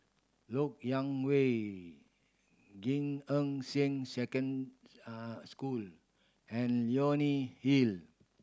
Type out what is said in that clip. Lok Yang Way Gan Eng Seng Second School and Leonie Hill